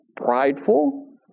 prideful